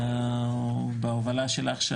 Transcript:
בהובלה שלך,